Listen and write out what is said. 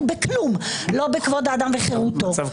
לא, זה לא מכבד.